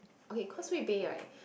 okay Causeway Bay [right]